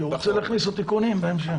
כי הוא רוצה להכניס עוד תיקונים בהמשך.